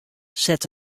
set